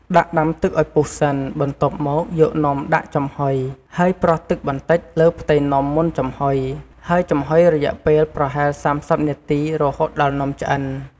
ដាក់ដាំទឹកឱ្យពុះសិន បន្ទាប់មកយកនំដាក់ចំហុយ ហើយប្រោះទឹកបន្តិចលើផ្ទៃនំមុនចំហុយ ហើយចំហុយរយៈពេលប្រហែល ៣០ នាទីរហូតដល់នំឆ្អិន។